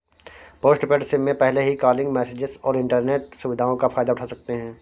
postpaid SIM में पहले ही कॉलिंग, मैसेजस और इन्टरनेट सुविधाओं का फायदा उठा सकते हैं